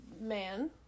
man